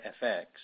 FX